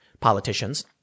politicians